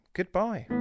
Goodbye